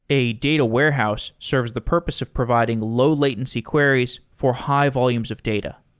a data warehouse serves the purpose of providing low latency queries for high volumes of data.